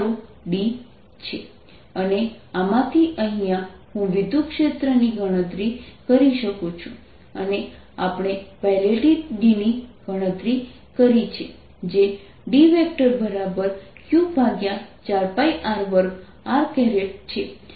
4πr2Q D Q4πr2 r અને આમાંથી અહીંયા હું વિદ્યુતક્ષેત્રની ગણતરી કરી શકું છું અને આપણે પહેલેથી જ D ની ગણતરી કરી છે જે D Q4πr2 r છે